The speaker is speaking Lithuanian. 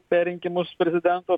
perrinkimus prezidento